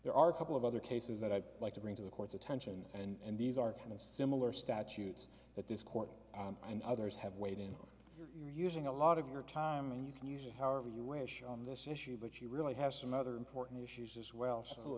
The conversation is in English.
there are couple of other cases that i'd like to bring to the court's attention and these are kind of similar statutes that this court and others have weighed in on you are using a lot of your time and you can use it however you wish on this issue but you really have some other important issues as well so